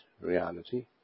reality